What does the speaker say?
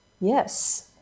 Yes